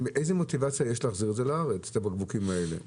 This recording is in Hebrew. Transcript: איזה מוטיבציה להחזיר את הבקבוקים האלה לארץ?